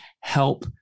help